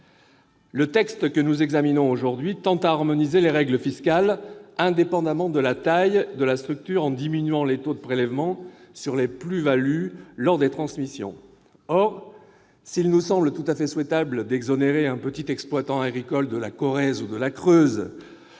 Le texte que nous examinons aujourd'hui tend à harmoniser les règles fiscales indépendamment de la taille de la structure en diminuant les taux de prélèvements sur les plus-values lors des transmissions. Or, s'il nous semble tout à fait souhaitable d'exonérer un petit exploitant agricole de la Corrèze ou de la Creuse,